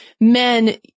men